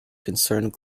concerned